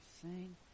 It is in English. sing